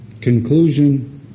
conclusion